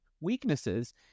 weaknesses